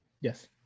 Yes